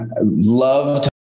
loved